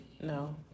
no